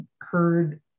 heard